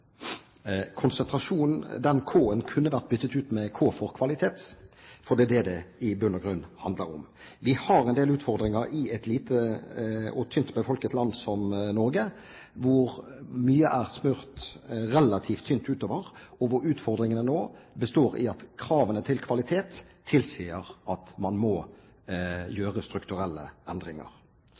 kunne vært byttet ut med k for kvalitet, for det er det det i bunn og grunn handler om. Vi har en del utfordringer i et lite og tynt befolket land som Norge, hvor mye er smurt relativt tynt utover, og hvor utfordringene nå består i at kravene til kvalitet tilsier at man må gjøre strukturelle endringer.